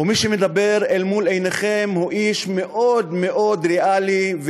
ומי שמדבר אל מול עיניכם הוא איש ריאלי מאוד מאוד,